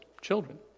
children